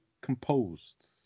composed